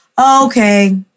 okay